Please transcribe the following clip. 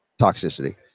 toxicity